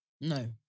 no